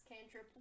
cantrip